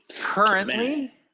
Currently